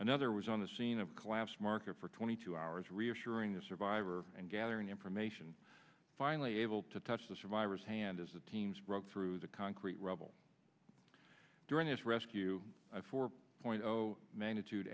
another was on the scene of collapse market for twenty two hours reassuring the survivor and gathering information finally able to touch the survivors hand as the teams broke through the concrete rubble during this rescue four point zero magnitude